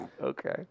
Okay